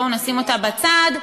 בואו נשים אותה בצד.